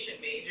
major